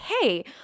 hey